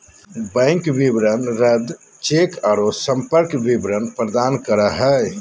bank विवरण रद्द cheque औरो संपर्क विवरण प्रदान करो हइ